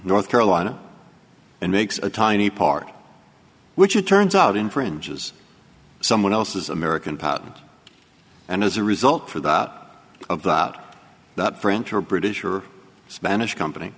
north carolina and makes a tiny part which it turns out infringes someone else's american pod and as a result for the of the out that french or british or spanish company